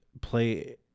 play